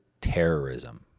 terrorism